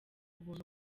ubuntu